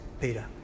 Peter